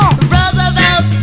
Roosevelt